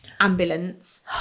ambulance